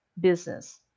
business